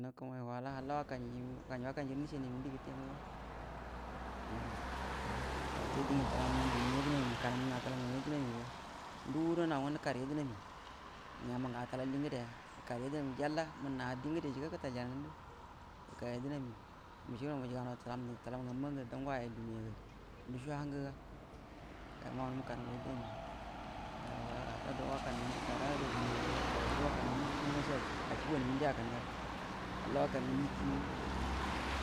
Nə kəmaguay halla wakanjue, wakanju guəro nəcəaniya mənti gəte muga umh ga wate diengə tolam, nga mu yedəma gnəka naw manna təlam ngamu yedəmi, ndu guəro naugwə nəkarə yedəmi, ngəra ngə attalal die ngəde ya, yedəmi jalla mənna dien ngədə jəkə gətəal yarə ngondu gəka yedənami, məjaga naw tedan ngamma gərə dango ayel duniya ga nduco hangə ga ga maunau ngwə məka naw rə yedəmi, yauwa halla dow ngwə wahkanjue mənti kada gəre acəani ga gaka mənti kie mugu ace acəa bu gani minto akan ga, halla waka minti kiyimu,